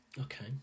Okay